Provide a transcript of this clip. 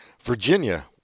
Virginia